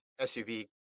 SUV